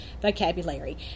vocabulary